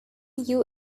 you